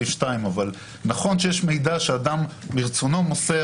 נכון שיש מידע שאדם מרצונו מוסר,